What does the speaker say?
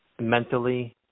mentally